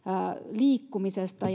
liikkumisesta